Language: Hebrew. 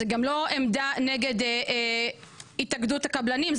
וזה גם לא עמדה נגד התאגדות הקבלנים,